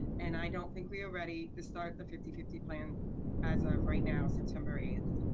and i don't think we are ready to start the fifty fifty plan as of right now, september eighth.